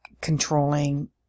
controlling